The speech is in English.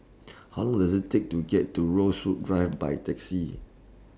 How Long Does IT Take to get to Rosewood Drive By Taxi